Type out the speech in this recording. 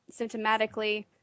symptomatically